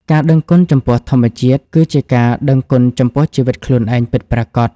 ការដឹងគុណចំពោះធម្មជាតិ គឺជាការដឹងគុណចំពោះជីវិតខ្លួនឯងពិតប្រាកដ។